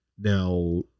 Now